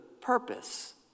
purpose